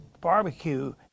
barbecue